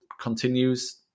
continues